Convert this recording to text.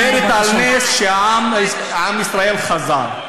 מדברת על נס, שעם ישראל חזר.